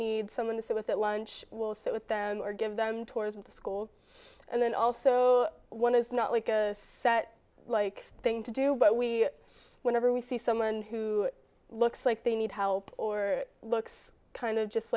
need someone to sit with at lunch will sit with them or give them towards the school and then also one is not like a set like thing to do but we whenever we see someone who looks like they need help or it looks kind of just